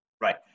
Right